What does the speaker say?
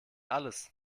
alles